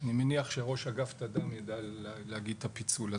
אני מניח שראש אגף טד"מ ידע להגיד את הפיצול הזה.